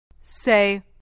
Say